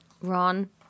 Ron